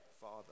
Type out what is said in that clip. father